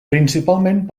principalment